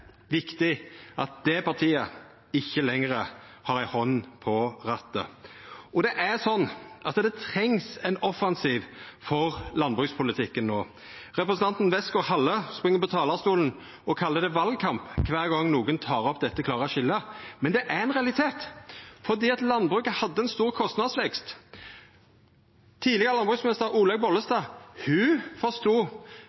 viktig at det partiet ikkje lenger har ei hand på rattet. Det trengs ein offensiv for landbrukspolitikken no. Representanten Westgaard-Halle spring på talarstolen og kallar det valkamp kvar gong einkvan tek opp dette klare skiljet – men det er ein realitet, for landbruket hadde ein stor kostnadsvekst. Tidlegare landbruksminister Olaug